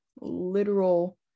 literal